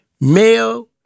Male